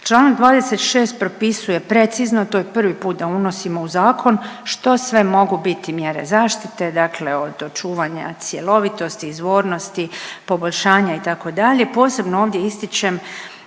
Čl. 26. propisuje precizno, to je prvi put da unosimo u zakon što sve mogu biti mjere zaštite, dakle od čuvanja cjelovitosti, izvornosti, poboljšanja itd., posebno ovdje ističem